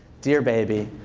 dear baby,